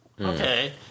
okay